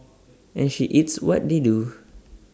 and she eats what they do